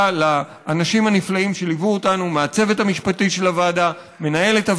לאנשים הנפלאים שליוו אותנו: הצוות המשפטי של הוועדה,